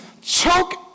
choke